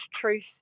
truth